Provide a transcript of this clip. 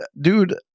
dude